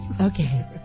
Okay